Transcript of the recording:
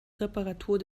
reparatur